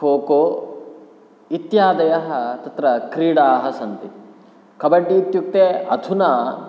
cocoa इत्यादयः तत्र क्रीडाः सन्ति कबड्डी इत्युक्ते अधुना